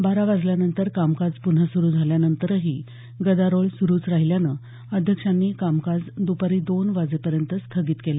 बारावाजेनंतर कामकाज पुन्हा सुरू झाल्यानंतरही गदारोळ सुरूच राहिल्यानं अध्यक्षांनी कामकाज दुपारी दोन वाजेपर्यंत स्थगित केलं